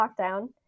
lockdown